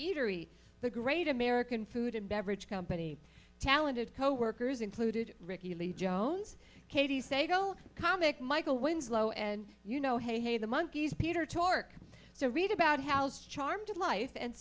eatery the great american food and beverage company talented coworkers included rickie lee jones katie sado comic michael winslow and you know hey hey the monkeys peter tork so read about house charmed life and